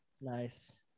Nice